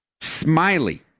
Smiley